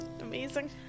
Amazing